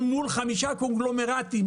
מול חמישה קונגלומרטים